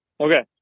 Okay